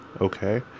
okay